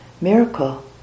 miracle